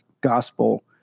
gospel